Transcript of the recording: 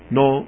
no